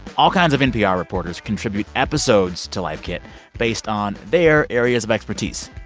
all kinds of npr reporters contribute episodes to life kit based on their areas of expertise.